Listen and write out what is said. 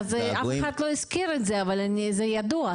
אף אחד לא הזכיר את זה אבל זה ידוע.